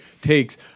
takes